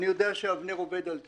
אני יודע שאבנר עובד על זה,